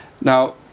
Now